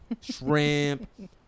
Shrimp